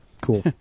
cool